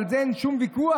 על זה אין שום ויכוח.